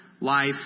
life